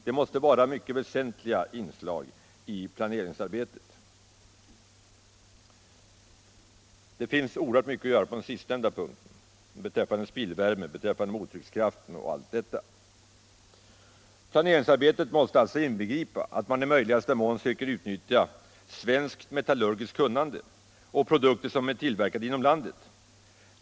Det måste vara mycket väsentliga inslag i planeringsarbetet, och det finns oerhört mycket att göra i form av tillvaratagande av spillvärme, mottryckskraft osv. Planeringsarbetet måste alltså inbegripa att man i möjligaste mån söker utnyttja svenskt metallurgiskt kunnande och produkter som är tillverkade inom landet.